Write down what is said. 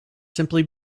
simply